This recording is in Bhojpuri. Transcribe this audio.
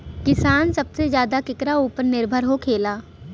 किसान सबसे ज्यादा केकरा ऊपर निर्भर होखेला?